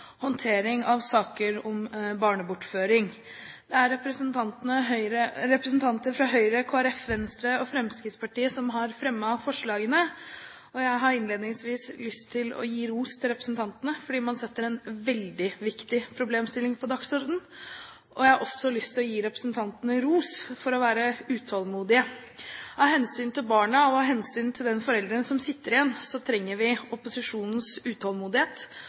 håndtering av saker om barnebortføring. Det er representanter fra Høyre, Kristelig Folkeparti, Venstre og Fremskrittspartiet som har fremmet forslagene, og jeg har innledningsvis lyst til å gi ros til representantene for å sette en veldig viktig problemstilling på dagsordenen. Jeg har også lyst til å gi representantene ros for å være utålmodige. Av hensyn til barna og av hensyn til den forelderen som sitter igjen, trenger vi opposisjonens utålmodighet,